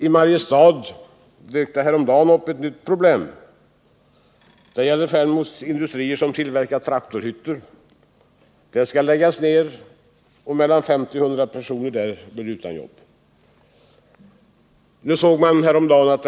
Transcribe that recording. I Mariestad dök häromdagen ett nytt sysselsättningsproblem upp. Fernmo Industri AB, som tillverkar traktorhytter, skall läggas ned, och mellan 50 och 100 personer blir där utan arbete.